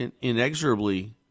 inexorably